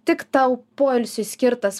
tik tau poilsiui skirtas